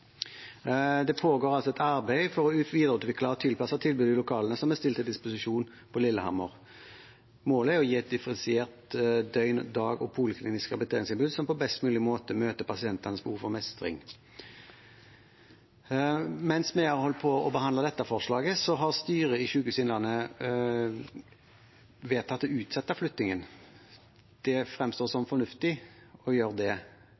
lokalene som er stilt til disposisjon på Lillehammer. Målet er å gi et differensiert døgn-, dag- og poliklinisk rehabiliteringstilbud som på best mulig måte møter pasientenes behov for mestring. Mens vi har holdt på med å behandle dette forslaget, har styret i Sykehuset Innlandet vedtatt å utsette flyttingen. Det fremstår som fornuftig å gjøre det